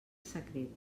secret